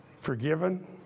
forgiven